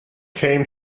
came